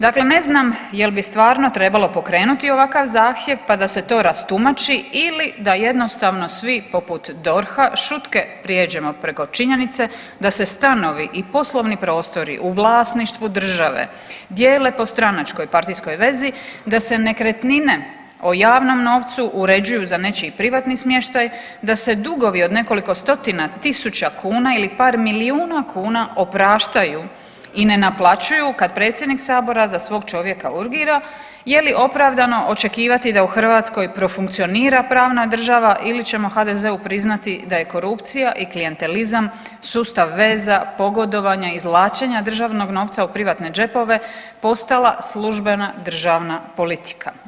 Dakle, ne znam jel' bi stvarno trebalo pokrenuti ovakav zahtjev pa da se to rastumači ili da jednostavno svi poput DORH-a šutke prijeđemo preko činjenice da se stanovi i poslovni prostori u vlasništvu države dijele po stranačkoj, partijskoj vezi, da se nekretnine o javnom novcu uređuju za nečiji privatni smještaj, da se dugovi od nekoliko stotina tisuća kuna ili par milijuna kuna opraštaju i ne naplaćuju kad predsjednik Sabora za svog čovjeka urgira je li opravdano očekivati da u Hrvatskoj profunkcionira pravna država ili ćemo HDZ-u priznati da je korupcija i klijentelizam sustav veza, pogodovanja, izvlačenja državnog novca u privatne džepove postala službena državna politika.